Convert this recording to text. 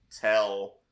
tell